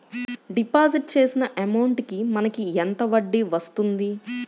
Deposit చేసిన amount కి మనకి ఎంత వడ్డీ వస్తుంది?